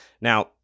Now